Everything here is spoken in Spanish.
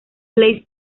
place